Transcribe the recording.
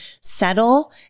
settle